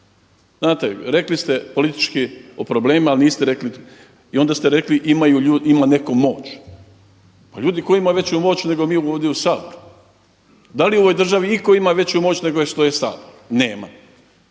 Znate rekli ste, politički o problemima i onda ste rekli imaju neko moć. Pa ljudi tko ima veću moć nego mi ovdje u Saboru? Da li iko u ovoj državi ima veću moć nego što je Sabor? Nema.